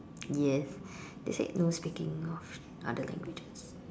yes they said no speaking of other languages